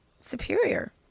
superior